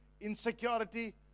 insecurity